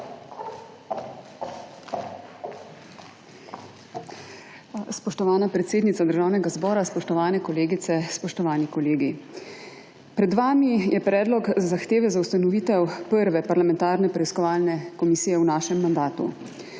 Spoštovana predsednica Državnega zbora, spoštovane kolegice, spoštovani kolegi. Pred vami je predlog zahteve za ustanovitev prve parlamentarne preiskovalne komisije v našem mandatu.